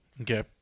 Okay